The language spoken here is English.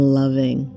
loving